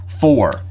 four